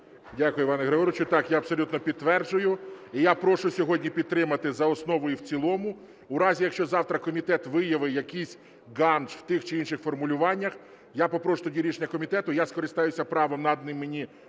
Дякую, Іване Григоровичу. Так, я абсолютно підтверджую, і я прошу сьогодні підтримати за основу і в цілому. У разі, якщо завтра комітет виявить якийсь ґандж у тих чи інших формулюваннях, я попрошу тоді рішення комітету, я скористаюся правом, наданим мені